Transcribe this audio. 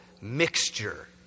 mixture